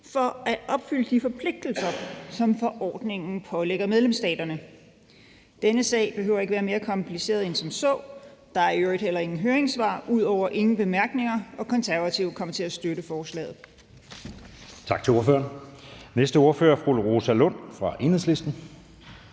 for at opfylde de forpligtelser, som forordningen pålægger medlemsstaterne. Denne sag behøver ikke at være mere kompliceret end som så, der er i øvrigt heller ingen høringssvar, ud over at der ingen bemærkninger er, og Konservative kommer til at støtte forslaget.